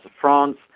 France